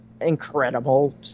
incredible